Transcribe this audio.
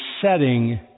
setting